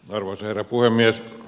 arvoisa herra puhemies